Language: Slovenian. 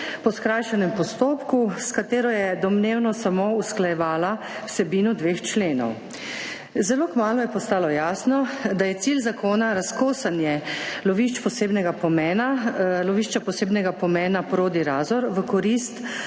po skrajšanem postopku, s katero je domnevno samo usklajevala vsebino dveh členov. zelo kmalu je postalo jasno, da je cilj zakona razkosanje lovišč posebnega pomena lovišča